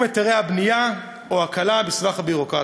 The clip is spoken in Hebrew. היתרי הבנייה או הקלה בסבך הביורוקרטיה.